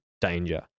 danger